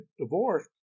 divorced